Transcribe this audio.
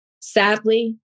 sadly